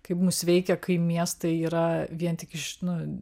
kaip mus veikia kai miestai yra vien tik iš nu